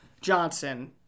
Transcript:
Johnson